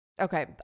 okay